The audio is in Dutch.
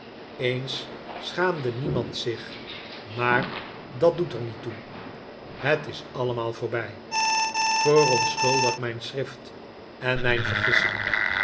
eens schaamde niemand zich maar dat doet er niet toe het is allemaal voorbij verontschuldig mijn schrift en mijn vergissingen